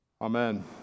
Amen